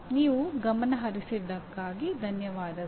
ನೀವು ಗಮನಹರಿಸಿದ್ದಕ್ಕಾಗಿ ಧನ್ಯವಾದಗಳು